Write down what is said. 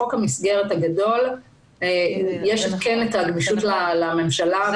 כאשר בחוק המסגרת הגדול יש את הגמישות לממשלה.